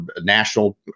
national